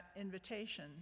invitation